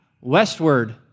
westward